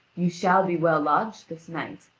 you shall be well lodged this night.